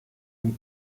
and